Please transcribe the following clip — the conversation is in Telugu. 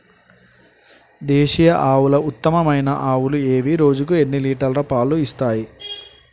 దేశీయ ఆవుల ఉత్తమమైన ఆవులు ఏవి? రోజుకు ఎన్ని లీటర్ల పాలు ఇస్తాయి?